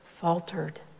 faltered